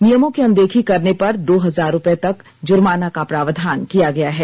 नियमों की अनदेखी करने पर दो हजार रूपये तक जुर्माना का प्रावधान किया गया है